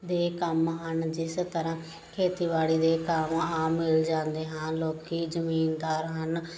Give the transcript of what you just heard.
ਦੇ ਕੰਮ ਹਨ ਜਿਸ ਤਰ੍ਹਾਂ ਖੇਤੀਬਾੜੀ ਦੇ ਕੰਮ ਆਮ ਮਿਲ ਜਾਂਦੇ ਹਾਂ ਲੋਕ ਜਿਮੀਦਾਰ ਹਨ